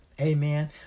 Amen